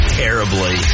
terribly